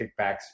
kickbacks